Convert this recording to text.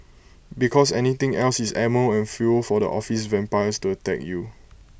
because anything else is ammo and fuel for the office vampires to attack you